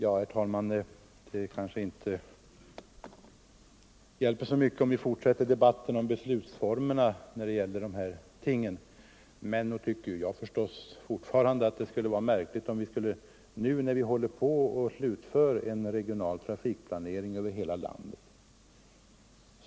Herr talman! Det kanske inte är så stor mening med att fortsätta debat — ar i SJ:s verksamten om beslutsformerna när det gäller dessa ting. Men jag tycker fort — het inom Kronofarande att det är märkligt att ta upp den nu, när vi håller på och slutför — bergs län den första etappen av en regional trafikplanering över hela landet.